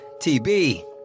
TB